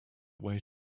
way